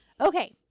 Okay